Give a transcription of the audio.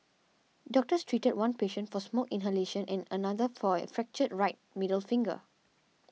doctors treated one patient for smoke inhalation and another for a fractured right middle finger